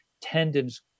tendons